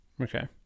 Okay